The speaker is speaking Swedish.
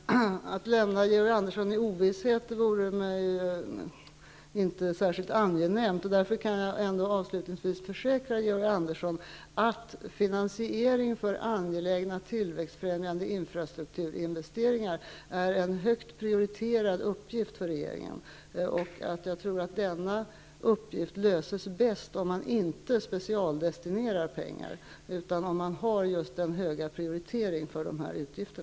Herr talman! Att lämna Georg Andersson i ovisshet vore mig inte särskilt angenämt. Jag kan därför avslutningsvis försäkra Georg Andersson att finansiering för angelägna tillväxtfrämjande infrastrukturinvesteringar är en högt prioriterad uppgift för regeringen. Jag tror att denna uppgift löses bäst genom att man inte specialdestinerar pengar, utan att genom att man just har denna höga prioritering för dessa utgifter.